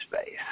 space